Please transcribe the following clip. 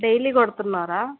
daily కొడుతున్నారా